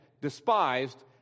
despised